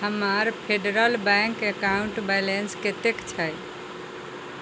हमर Federal Bank account balance कतेक छै